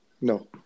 No